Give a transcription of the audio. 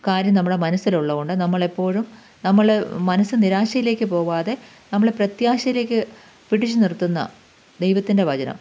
കാര്യം നമ്മുടെ മനസ്സിലുള്ളത് കൊണ്ട് നമ്മളെപ്പോഴും നമ്മള് മനസ്സ് നിരാശയിലേക്ക് പോകാതെ നമ്മള് പ്രത്യാശയിലേക്ക് പിടിച്ച് നിർത്തുന്ന ദൈവത്തിന്റെ വചനം